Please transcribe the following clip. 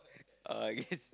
uh I guess